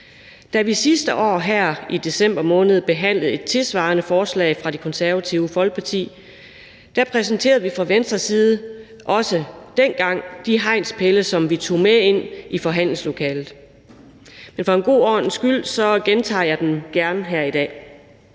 Da vi sidste år her, i december måned, behandlede et tilsvarende forslag fra Det Konservative Folkeparti, præsenterede vi fra Venstres side også dengang de hegnspæle, som vi tog med ind i forhandlingslokalet, men for en god ordens skyld gentager jeg dem gerne her i dag.